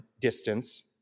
distance